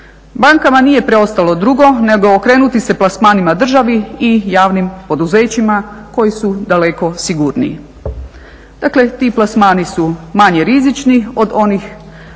Bankama nije preostalo drugo nego okrenuti se plasmanima državi i javnim poduzećima koji su daleko sigurniji. Dakle, ti plasmani su manje rizični od onih